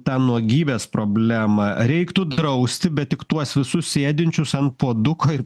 tą nuogybės problemą reiktų drausti bet tik tuos visus sėdinčius ant puoduko ir